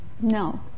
no